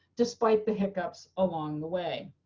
despite the hiccups along the way.